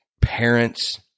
parents